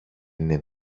είναι